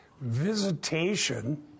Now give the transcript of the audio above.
Visitation